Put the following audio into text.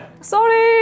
Sorry